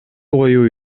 бою